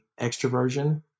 extroversion